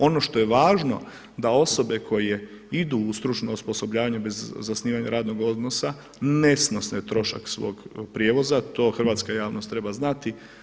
Ono što je važno da osobe koje idu u stručno osposobljavanje bez zasnivanja radnog odnosa ne snose trošak svog prijevoza, to hrvatska javnost treba znati.